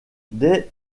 dès